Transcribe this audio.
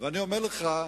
ואני אומר לך,